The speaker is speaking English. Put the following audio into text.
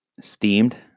steamed